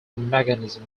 mechanism